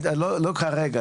ולהתייחס.